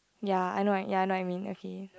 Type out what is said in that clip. ya I know ya I know I mean okay